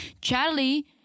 Charlie